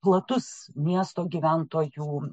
platus miesto gyventojų